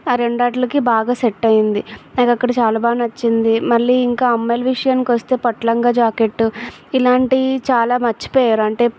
ఆ రెండు వాటికి బాగా సెట్ అయ్యింది అది ఒకటి చాలా బాగా నచ్చింది మళ్ళీ ఇంకా అమ్మాయిలు విషయానికి వస్తే పట్టు లంగా జాకెట్టు ఇలాంటి చాలా మర్చిపోయారు అంటే